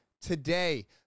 today